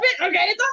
okay